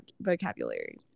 vocabulary